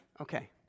Okay